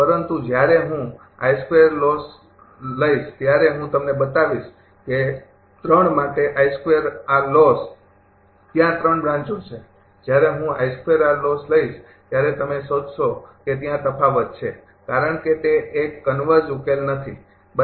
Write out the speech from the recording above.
પરંતુ જ્યારે હું લોસ લઈશ ત્યારે હું તમને બતાવીશ કે 3 માટે લોસ ત્યાં ૩ બ્રાંચો છે જ્યારે હું લોસ લઇશ ત્યારે તમે શોધશો કે ત્યાં તફાવત છે કારણ કે તે એક કન્વર્ઝ ઉકેલ નથી બરાબર